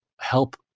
help